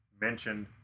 mentioned